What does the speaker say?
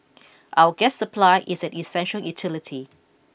our gas supply is an essential utility